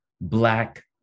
black